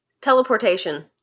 Teleportation